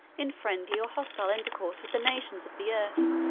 in friendly or hostile intercourse with the nations of the earth.